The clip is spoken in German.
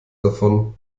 davon